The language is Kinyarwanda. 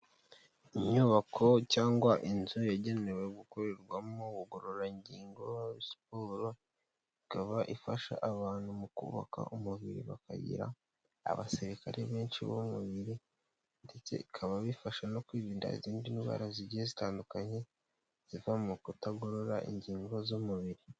Inyubako cyangwa inzu yagenewe gukorerwamo ubugororangingo, siporo ikaba ifasha abantu mu kubaka umubiri bakagira abasirikare benshi b'umubiri, ndetse bikaba bifasha no kwirinda izindi ndwara zigiye zitandukanye ziva mu kutagorora ingingo z'umubiri.